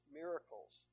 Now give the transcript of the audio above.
miracles